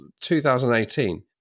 2018